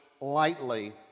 lightly